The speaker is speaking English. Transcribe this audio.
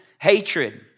hatred